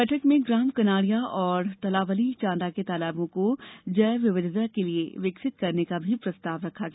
बैठक में ग्राम कनाड़िया और तलावली चांदा के तालाबों को जैव विविधता के लिये विकसित करने का भी प्रस्ताव रखा गया